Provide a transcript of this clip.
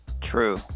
True